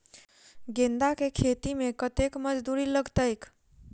गेंदा केँ खेती मे कतेक मजदूरी लगतैक?